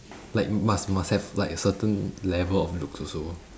like must must have like a certain level of looks also